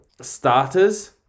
starters